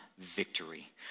Victory